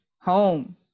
home